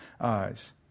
eyes